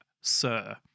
sir